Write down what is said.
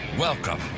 Welcome